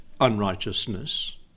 unrighteousness